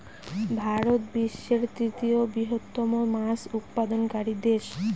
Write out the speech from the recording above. ভারত বিশ্বের তৃতীয় বৃহত্তম মাছ উৎপাদনকারী দেশ